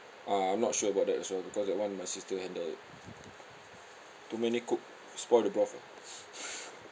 uh I'm not sure about that also because that one my sister handle too many cook spoil the broth ah